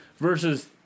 versus